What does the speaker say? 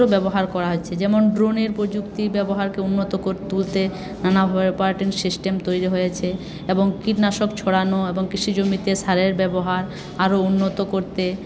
ব্যবহার করা হচ্ছে যেমন ড্রোনের প্রযুক্তি ব্যবহারকে উন্নত করে তুলতে নানাভাবে অপারেটিং সিস্টেম তৈরি হয়েছে এবং কীটনাশক ছড়ানো এবং কৃষি জমিতে সারের ব্যবহার আরও উন্নত করতে